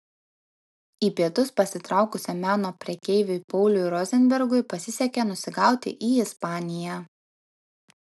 į pietus pasitraukusiam meno prekeiviui pauliui rozenbergui pasisekė nusigauti į ispaniją